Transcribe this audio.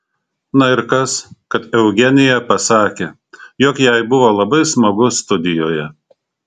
na ir kas kad eugenija pasakė jog jai buvo labai smagu studijoje